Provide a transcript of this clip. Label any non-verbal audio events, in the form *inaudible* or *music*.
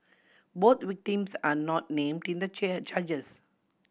both victims are not named in the *unintelligible* charges